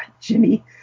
Jimmy